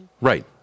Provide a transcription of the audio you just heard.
Right